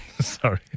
sorry